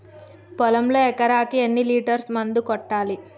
పొలంలో ఎకరాకి ఎన్ని లీటర్స్ మందు కొట్టాలి?